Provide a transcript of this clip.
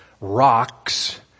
rocks